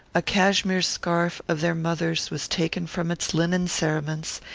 a cashmere scarf of their mother's was taken from its linen cerements,